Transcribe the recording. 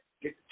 get